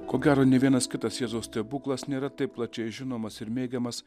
ko gero nė vienas kitas jėzaus stebuklas nėra taip plačiai žinomas ir mėgiamas